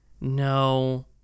no